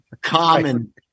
Common